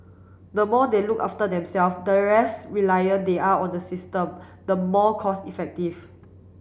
the more they look after themself the less reliant they are on the system the more cost effective